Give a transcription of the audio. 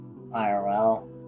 IRL